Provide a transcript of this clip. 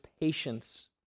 patience